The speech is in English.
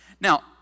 Now